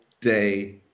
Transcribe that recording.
day